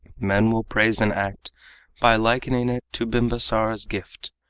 men will praise an act by likening it to bimbasara's gift.